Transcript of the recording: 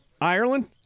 Ireland